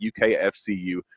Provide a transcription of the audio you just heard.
UKFCU